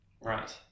Right